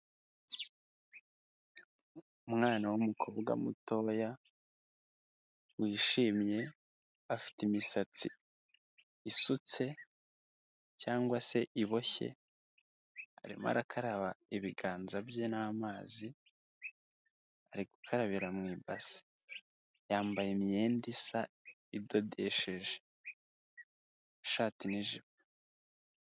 Umwana w'umukobwa mutoya wishimye, afite imisatsi isutse cyangwa se iboshye, arimo arakaraba ibiganza bye n'amazi, ari gukarabira mu ibasi. Yambaye imyenda isa, idodesheje, ishati n'ijipo.